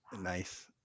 Nice